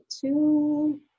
two